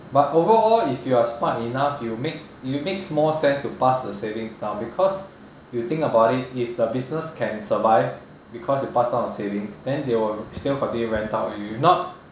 but overall if you are smart enough you'll make it will makes more sense to pass the savings down because you think about it if the business can survive because you pass down the savings then they will still continue to rent out with you if not